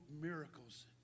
miracles